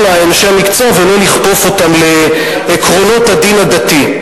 לאנשי המקצוע ולא לכפוף אותם לעקרונות הדין הדתי.